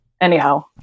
Anyhow